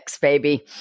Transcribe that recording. baby